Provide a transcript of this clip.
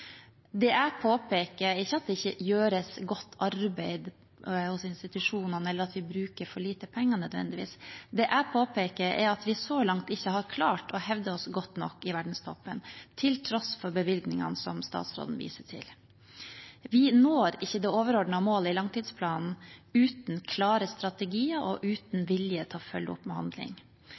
Det jeg påpeker, er ikke at det ikke gjøres godt arbeid hos institusjonene, eller at vi nødvendigvis bruker for lite penger. Det jeg påpeker, er at vi så langt ikke har klart å hevde oss godt nok i verdenstoppen til tross for bevilgningene som statsråden viser til. Vi når ikke det overordnede målet i langtidsplanen uten klare strategier og vilje til å følge opp